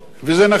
וזה נכון.